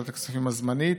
ועדת הכספים הזמנית.